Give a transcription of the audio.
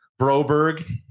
Broberg